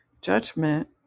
judgment